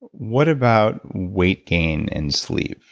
what about weight gain and sleep?